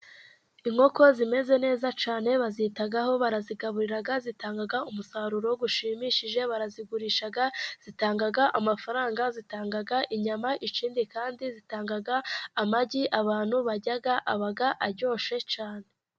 Inkoko zimeze neza cyane bazitaho barazigaburira zitanga umusaruro ushimishije, barazigurisha zitanga amafaranga zitanga inyama, ikindi kandi zitanga amagi abantu barya aba aryoshye cyane.